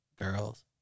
girls